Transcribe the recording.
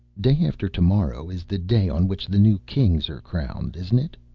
day after tomorrow is the day on which the new kings are crowned, isn't it?